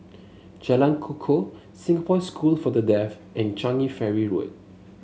Jalan Kukoh Singapore School for the Deaf and Changi Ferry Road